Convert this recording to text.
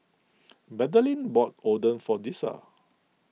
Magdalene bought Oden for Dessa